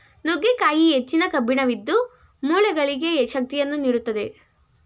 ನುಗ್ಗೆಕಾಯಿ ಹೆಚ್ಚಿನ ಕಬ್ಬಿಣವಿದ್ದು, ಮೂಳೆಗಳಿಗೆ ಶಕ್ತಿಯನ್ನು ನೀಡುತ್ತದೆ